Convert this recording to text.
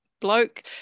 bloke